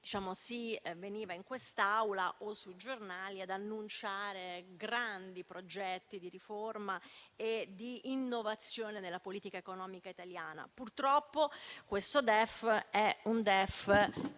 si veniva in Aula o si finiva sui giornali ad annunciare grandi progetti di riforma e di innovazione nella politica economica italiana. Purtroppo questo DEF ci